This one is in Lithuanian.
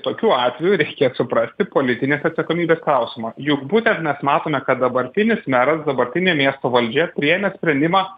tokiu atveju reikia suprasti politinės atsakomybės klausimą juk būtent mes matome kad dabartinis meras dabartinė miesto valdžia priėmė sprendimą